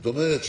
זאת אומרת,